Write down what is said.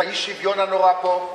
את האי-שוויון הנורא פה,